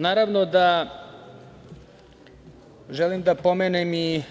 Naravno da želim da pomenem i